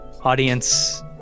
audience